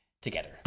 together